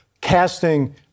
casting